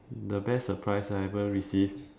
the best surprise I ever received